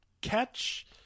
catch